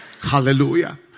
Hallelujah